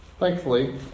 Thankfully